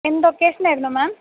എന്ത് ഒക്കേഷനായിരുന്നു മേം